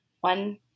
one